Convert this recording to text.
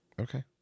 Okay